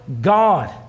God